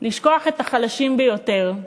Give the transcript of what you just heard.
לשכוח את החלשים ביותר.